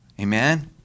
Amen